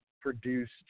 produced